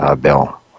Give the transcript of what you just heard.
Bill